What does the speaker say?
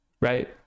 Right